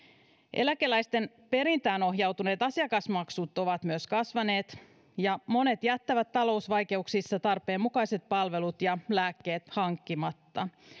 eläkeläisten perintään ohjautuneet asiakasmaksut ovat myös kasvaneet ja monet jättävät talousvaikeuksissa tarpeen mukaiset palvelut ja lääkkeet hankkimatta